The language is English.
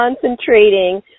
concentrating